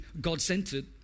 God-centered